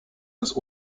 des